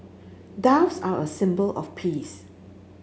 doves are a symbol of peace